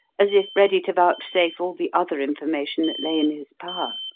as if ready to vouchsafe all the other information that lay in his power.